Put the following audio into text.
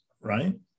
right